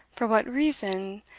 for what reason,